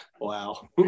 Wow